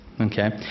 Okay